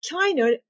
China